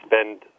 spend